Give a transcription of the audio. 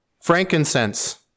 frankincense